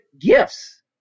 gifts